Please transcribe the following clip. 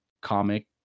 comic